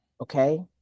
Okay